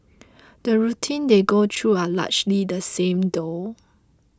the routine they go through are largely the same though